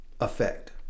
effect